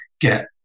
get